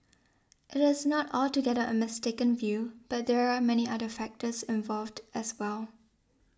it is not altogether a mistaken view but there are many other factors involved as well